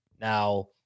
Now